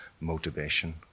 motivation